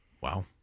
Wow